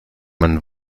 man